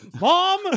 Mom